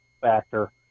factor